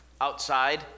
outside